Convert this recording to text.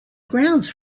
grounds